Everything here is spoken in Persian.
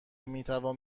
میتوان